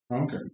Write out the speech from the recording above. Okay